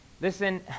Listen